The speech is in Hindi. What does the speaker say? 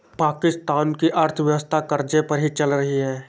पाकिस्तान की अर्थव्यवस्था कर्ज़े पर ही चल रही है